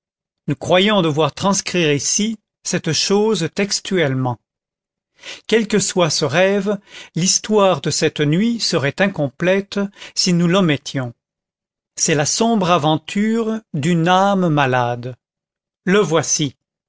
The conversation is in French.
nous croyons devoir transcrire ici cette chose textuellement quel que soit ce rêve l'histoire de cette nuit serait incomplète si nous l'omettions c'est la sombre aventure d'une âme malade le voici